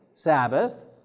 Sabbath